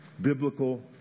biblical